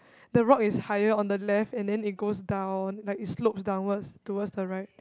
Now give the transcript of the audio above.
the rock is higher on the left and then it goes down like it slopes downwards towards the right